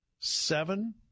Seven